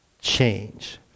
change